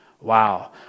Wow